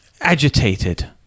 agitated